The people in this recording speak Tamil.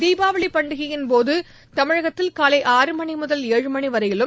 தீபாவளி பண்டிகையின்போது தமிழகத்தில் காலை ஆறு மணி முதல் ஏழு மணி வரையிலும்